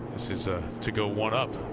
this is ah to go one up.